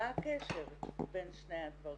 מה הקשר בין שני הדברים?